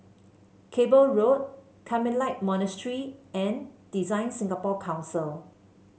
Cable Road Carmelite Monastery and Design Singapore Council